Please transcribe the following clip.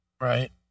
Right